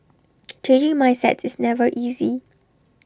changing mindsets is never easy